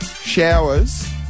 Showers